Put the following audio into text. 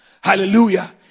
hallelujah